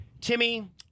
Timmy